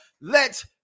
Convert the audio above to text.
Let